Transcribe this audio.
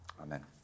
Amen